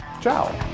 ciao